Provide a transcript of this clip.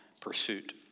pursuit